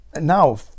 now